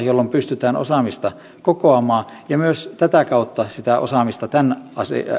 jolloin pystytään osaamista kokoamaan ja myös tätä kautta sitä osaamista tämän